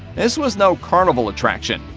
this was no carnival attraction.